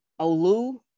Olu